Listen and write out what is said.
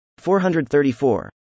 434